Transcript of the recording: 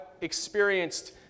experienced